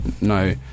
no